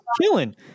killing